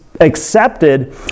accepted